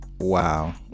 wow